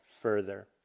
further